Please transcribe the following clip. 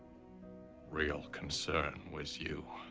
real concern was you.